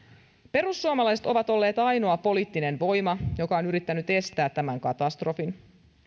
perussuomalaiset ovat olleet ainoa poliittinen voima joka on yrittänyt estää tämän katastrofin